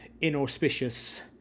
inauspicious